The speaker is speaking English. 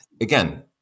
Again